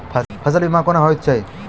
फसल बीमा कोना होइत छै?